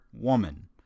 woman